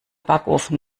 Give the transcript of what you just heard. backofen